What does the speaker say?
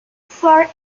for